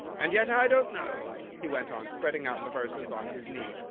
and yet i don't know, he went on, spreading out the verses on his knee,